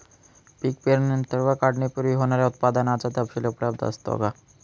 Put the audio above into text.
पीक पेरणीनंतर व काढणीपूर्वी होणाऱ्या उत्पादनाचा तपशील उपलब्ध असतो का?